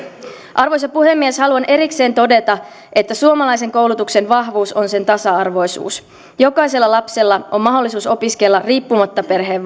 arvoisa puhemies haluan erikseen todeta että suomalaisen koulutuksen vahvuus on sen tasa arvoisuus jokaisella lapsella on mahdollisuus opiskella riippumatta perheen